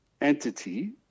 entity